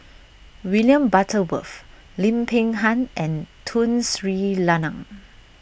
William Butterworth Lim Peng Han and Tun Sri Lanang